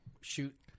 Shoot